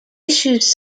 issues